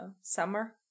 summer